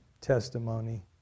testimony